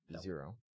Zero